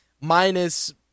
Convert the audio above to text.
minus